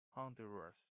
honduras